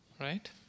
right